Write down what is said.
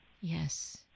Yes